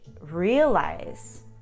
realize